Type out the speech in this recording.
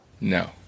No